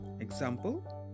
Example